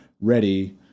ready